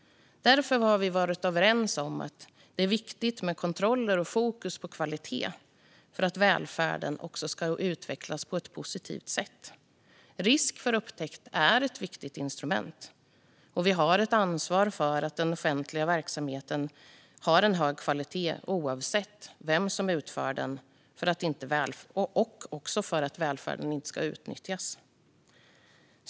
Därför har vi varit överens om att det är viktigt med kontroller och fokus på kvalitet för att välfärden ska utvecklas på ett positivt sätt. Risk för upptäckt är ett viktigt instrument. Vi har ett ansvar för att den offentliga verksamheten håller hög kvalitet, oavsett vem som utför den, och för att välfärden inte ska utnyttjas.